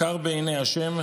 "יקר בעיני ה'